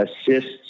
assists